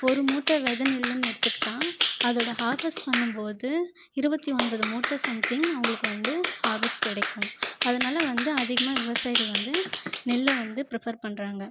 ஒரு மூட்டை வித நெல்லுன்னு எடுத்துக்கிட்டால் அதோடய ஹார்வெஸ்ட் பண்ணும் போது இருபத்தி ஒன்பது மூட்டை சம்திங் அவங்களுக்கு வந்து ஹார்வெஸ்ட் கிடைக்கும் அதனால வந்து அதிகமாக விவசாயிகள் வந்து நெல்லை வந்து ப்ரீஃபர் பண்ணுறாங்க